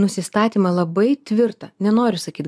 nusistatymą labai tvirtą nenoriu sakyt